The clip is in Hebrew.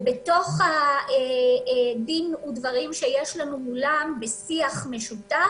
ובתוך הדין והדברים שיש לנו מולם בשיח משותף,